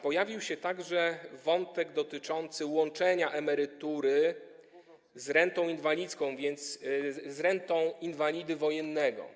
Pojawił się także wątek dotyczący łączenia emerytury z rentą inwalidzką, z rentą inwalidy wojennego.